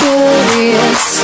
Curious